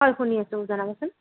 হয় শুনি আছোঁ জনাবাচোন